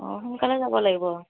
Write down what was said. অঁ সোনকালে যাব লাগিব